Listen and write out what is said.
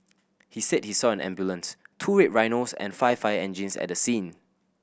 he said he saw an ambulance two Red Rhinos and five fire engines at the scene